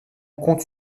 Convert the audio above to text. compte